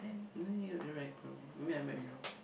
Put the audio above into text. mm you're you're right probably I mean I might be wrong